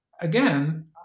again